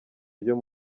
ryo